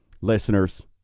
Listeners